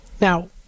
Now